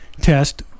test